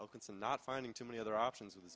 open some not finding too many other